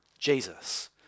Jesus